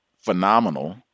phenomenal